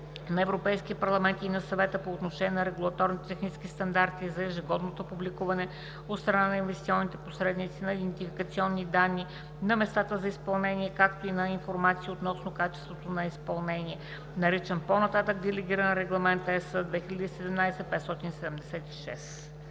на Европейския парламент и на Съвета по отношение на регулаторните технически стандарти за ежегодното публикуване от страна на инвестиционните посредници на идентификационни данни на местата за изпълнение, както и на информация относно качеството на изпълнение (OB, L 87/166 от 31 март 2017